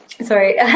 sorry